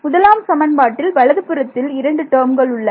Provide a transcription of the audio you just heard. முதலாம் சமன்பாட்டில் வலதுபுறத்தில் 2 டேர்ம்கள் உள்ளன